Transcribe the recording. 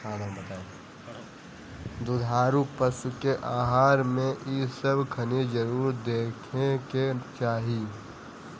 दुधारू पशु के आहार में इ सब खनिज जरुर होखे के चाही